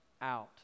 out